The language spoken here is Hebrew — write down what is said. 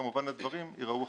כמובן הדברים ייראו אחרת.